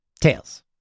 Tails